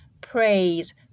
Praise